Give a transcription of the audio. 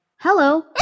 Hello